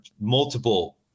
multiple